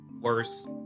worse